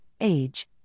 age